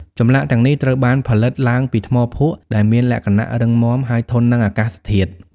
ចម្លាក់ទាំងនេះត្រូវបានផលិតឡើងពីថ្មភក់ ដែលមានលក្ខណៈរឹងមាំ ហើយធន់នឹងអាកាសធាតុ។